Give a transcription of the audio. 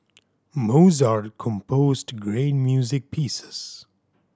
Mozart composed great music pieces